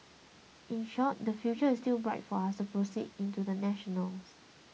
in short the future is still bright for us to proceed into the national's